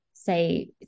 say